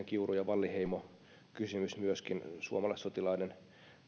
kiuru ja wallinheimo kysymykset myöskin suomalaissotilaiden